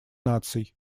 наций